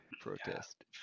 protest